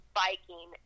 biking